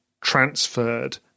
transferred